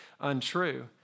untrue